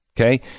okay